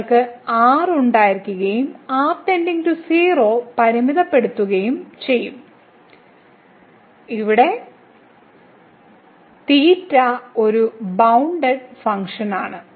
നിങ്ങൾക്ക് r ഉണ്ടായിരിക്കുകയും r → 0 പരിമിതപ്പെടുത്തുകയും ചെയ്യും ഈ ഒരു ബൌണ്ടഡ് ഫംഗ്ഷനാണ്